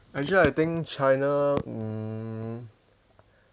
actually I think china mm